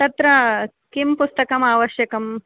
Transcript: तत्र किं पुस्तकम् आवश्यकम्